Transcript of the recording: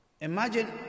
Imagine